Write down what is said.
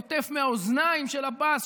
נוטף מהאוזניים של עבאס,